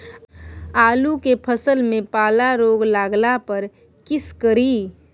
आलू के फसल मे पाला रोग लागला पर कीशकरि?